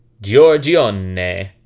Giorgione